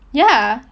ya